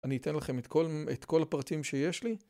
אני אתן לכם את כל הפרטים שיש לי